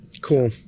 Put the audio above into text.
Cool